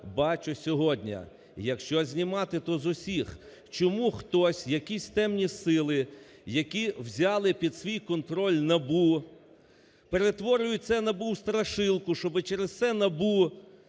бачу сьогодні. Якщо знімати, то з усіх! Чому хтось, якісь темні сили, які взяли під свій контроль НАБУ, перетворюють це НАБУ у страшилку, щоб через це НАБУ